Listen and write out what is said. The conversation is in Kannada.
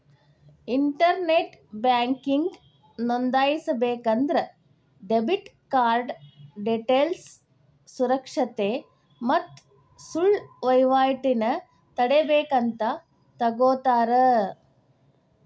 ಇಂಟರ್ನೆಟ್ ಬ್ಯಾಂಕಿಂಗ್ ನೋಂದಾಯಿಸಬೇಕಂದ್ರ ಡೆಬಿಟ್ ಕಾರ್ಡ್ ಡೇಟೇಲ್ಸ್ನ ಸುರಕ್ಷತೆ ಮತ್ತ ಸುಳ್ಳ ವಹಿವಾಟನ ತಡೇಬೇಕಂತ ತೊಗೋತರ